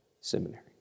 Seminary